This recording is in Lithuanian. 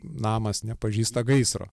namas nepažįsta gaisro